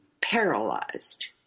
paralyzed